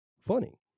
funny